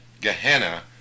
Gehenna